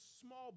small